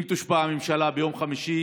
אם תושבע הממשלה ביום חמישי